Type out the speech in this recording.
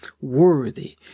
worthy